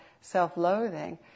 self-loathing